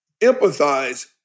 empathize